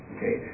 Okay